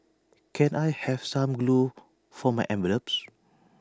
can I have some glue for my envelopes